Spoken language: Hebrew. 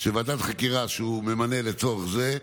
של ועדת חקירה שהוא ממנה לצורך זה,